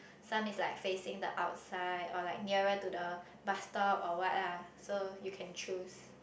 some is like facing the outside or like nearer to the bus stop or what ah so you can choose